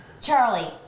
Charlie